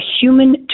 human